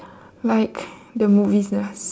like the movies ah